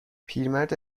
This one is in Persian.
پیرمرد